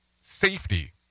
safety